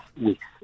weeks